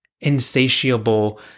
insatiable